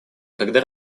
когда